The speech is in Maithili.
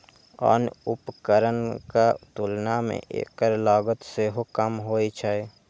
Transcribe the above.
आन उपकरणक तुलना मे एकर लागत सेहो कम होइ छै